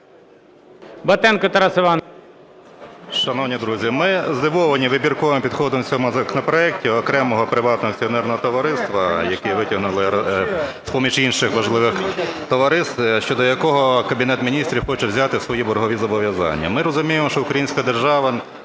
Батенко Тарас Іванович.